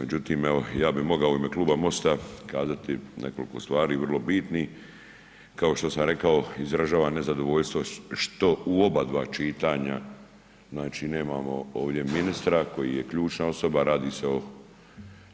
Međutim, evo ja bih mogao u ime Kluba MOST-a kazati nekoliko stvari, vrlo bitnih, kao što sam rekao izražavam nezadovoljstvo što u obadva čitanja, znači nemamo ovdje ministra koji je ključna osoba, radi se o